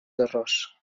d’arròs